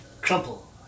Crumple